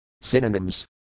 Synonyms